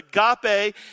agape